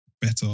better